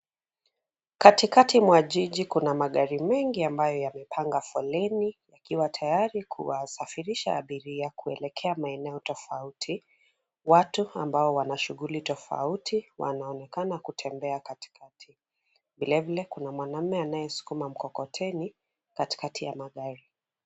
Katikati mwa jiji kuna magari mengi ambayo yamepanga foleni yakiwa tayari kuwasafirisha abiria kuelekea maeneo tofauti. Watu ambao wanashughuli tofauti wanaonekana kutembea katikati. Vilevile kuna mwanaume anayesukuma mkokoteni katikati ya magari.